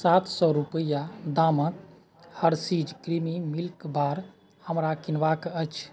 सात सए रूपैआ दामक हर्शीज़ क्रिमी मिल्क बार हमरा किनबाक अछि